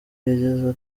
yageze